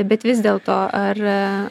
bet vis dėlto ar